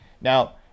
Now